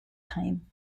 time